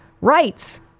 rights